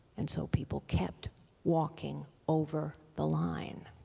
and so people kept walking over the line.